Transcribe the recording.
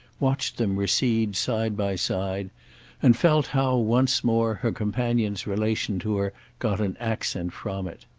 watched them recede side by side and felt how, once more, her companion's relation to her got an accent from it.